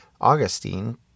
Augustine